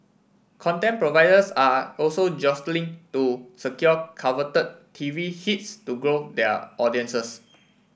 content providers are also jostling to secure coveted T V hits to grow their audiences